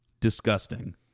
disgusting